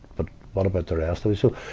but what about the rest of us? so,